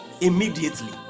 immediately